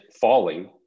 falling